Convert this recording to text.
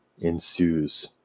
ensues